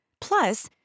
Plus